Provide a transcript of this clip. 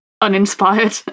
uninspired